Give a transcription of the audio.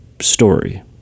story